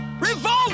Revolt